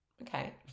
okay